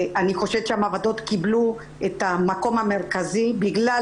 אני חושבת שהמעבדות קיבלו את המקום המרכזי בגלל